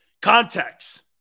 Context